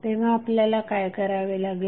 तेव्हा आपल्याला काय करावे लागेल